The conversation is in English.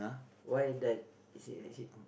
why does it shape like ship